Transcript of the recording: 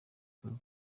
ikorwa